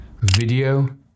video